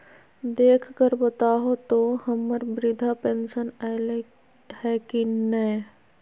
देख कर बताहो तो, हम्मर बृद्धा पेंसन आयले है की नय?